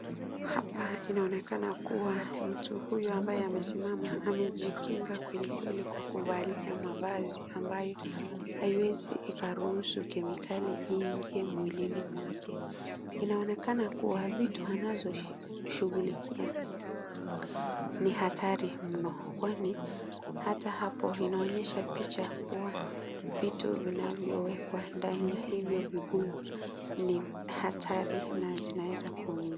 Hapa inaonekana kuwa mtu huyu amesimama amejikinga kweli kweli kwa kuvalia mavazi ambayo haiwezi ikaruhusu kimikali iingie mwilini mwake. Inaonekana kuwa vitu anazo shughulikia ni hatari mno kwani hata hapo inaonyesha picha kuwa vitu vinavyowekwa ndani ya hivyo vibuyu ni hatari na zinaweza kuumiza.